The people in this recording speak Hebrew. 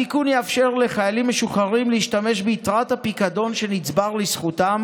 התיקון יאפשר לחיילים משוחררים להשתמש ביתרת הפיקדון שנצבר לזכותם